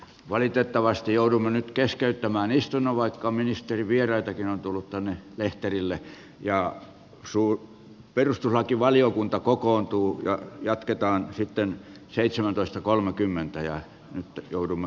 valitettavasti joudumme nyt keskeyttämään istunnon vaikka ministerivieraitakin on tullut tänne lehterille ja suur perustulakivaliokunta kokoontuu ja jatketaan sitten seitsemäntoista kolmekymmentä ja nyt joudumme